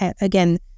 again